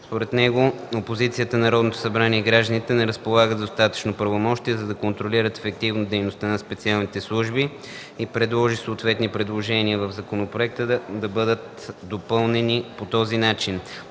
Според него опозицията, Народното събрание и гражданите не разполагат с достатъчно правомощия, за да контролират ефективно дейността на специалните служби и предложи съответните текстове от законопроекта да бъдат допълнени в тази насока.